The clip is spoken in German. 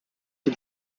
dem